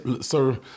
Sir